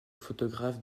photographe